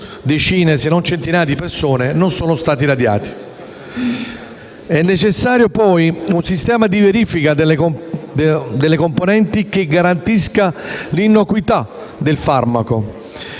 un sistema di verifica delle componenti, che garantisca l'innocuità del farmaco